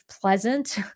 pleasant